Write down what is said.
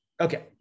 okay